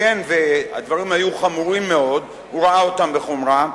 הדברים היו חמורים מאוד, הוא ראה אותם בחומרה,